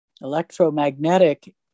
electromagnetic